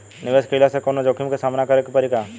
निवेश कईला से कौनो जोखिम के सामना करे क परि का?